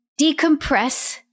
decompress